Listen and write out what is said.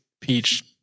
peach